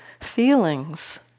feelings